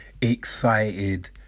excited